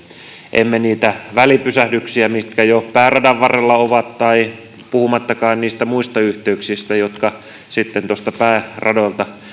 emme niitä välipysähdyksiä mitkä jo pääradan varrella ovat puhumattakaan niistä muista yhteyksistä jotka sitten tuolta pääradoilta